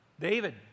David